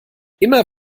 immer